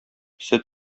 сөт